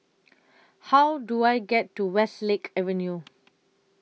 How Do I get to Westlake Avenue